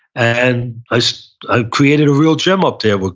and i so ah created a real gym up there, but